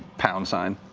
pound sign,